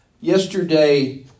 Yesterday